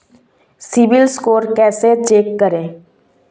CIBIL score कैसे check करें?